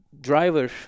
driver